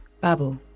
Babel